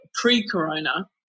pre-corona